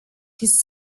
his